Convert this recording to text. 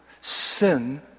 sin